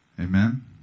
Amen